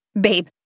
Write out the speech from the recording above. Babe